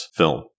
film